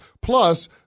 plus